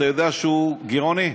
אתה יודע שהוא גירעוני.